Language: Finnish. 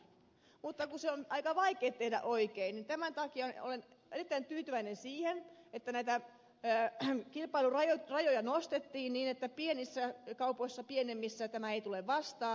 mutta kun on aika vaikea tehdä oikein niin tämän takia olen erittäin tyytyväinen siihen että näitä kilpailurajoja nostettiin niin että pienimmissä kaupoissa tämä ei tule vastaan